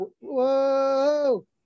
whoa